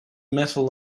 metal